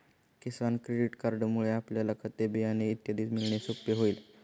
किसान credit कार्डमुळे आपल्याला खते, बियाणे इत्यादी मिळणे सोपे होईल